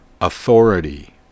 authority